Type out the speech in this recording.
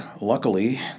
luckily